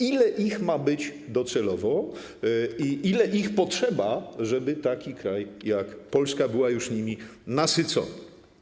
Ile ich ma być docelowo i ile ich potrzeba, żeby taki kraj jak Polska był już nimi nasycony?